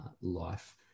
life